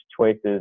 choices